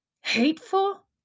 hateful